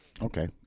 Okay